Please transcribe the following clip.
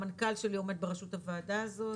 המנכ"ל שלי עומד בראשות הוועדה הזאת,